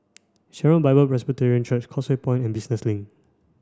Sharon Bible Presbyterian Church Causeway Point and Business Link